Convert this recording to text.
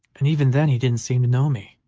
and even then he didn't seem to know me.